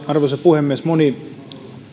arvoisa puhemies moni